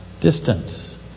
distance